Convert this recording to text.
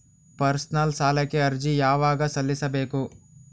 Personal ಸಾಲಕ್ಕೆ ಅರ್ಜಿ ಯವಾಗ ಸಲ್ಲಿಸಬೇಕು?